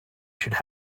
should